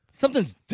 Something's